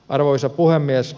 arvoisa puhemies